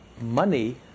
Money